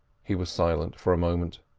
he was silent for a moment.